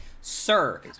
Sir